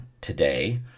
today